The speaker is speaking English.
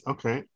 Okay